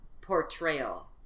portrayal